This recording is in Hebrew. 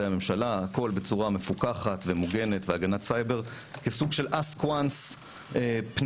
הממשלה בצורה מפוקחת ומוגנת והגנת סייבר כסוג של Ask Once פנים-ממשלתי.